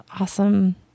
awesome